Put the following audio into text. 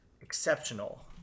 exceptional